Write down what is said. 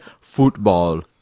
football